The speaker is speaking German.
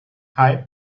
hei